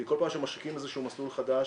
כי בכל פעם שמשיקים איזה מסלול חדש,